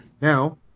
Now